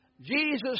Jesus